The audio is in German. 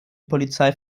polizei